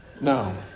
no